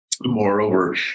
Moreover